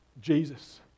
Jesus